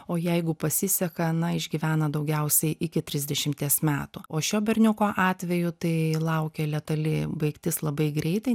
o jeigu pasiseka na išgyvena daugiausiai iki trisdešimties metų o šio berniuko atveju tai laukė letali baigtis labai greitai